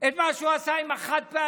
מה שהוא עשה עם החד-פעמי,